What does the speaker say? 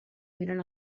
miren